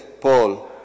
Paul